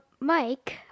Mike